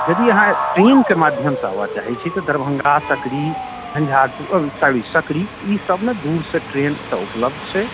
यदि अहाँ ट्रेनके माध्यमसँ आबऽ चाहैत छी तऽ दरभङ्गा सकरी झंझारपुर ओ सॉरी सकरी ई सबमे दूर से ट्रेन एतऽ उपलब्ध छै